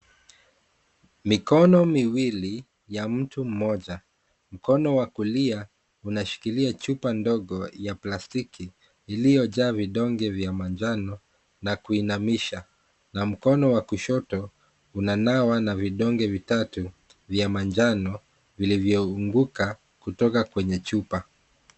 Mikono miwili ya mtu mmoja. Mkono wa kulia unashikilia chupa ndogo ya plastiki iliyojaa vidonge vya manjano na kuinamisha na mkono wa kushoto unanawa na vidonge vitatu vya manjano vilivyounguka kutoka kwenye chupa.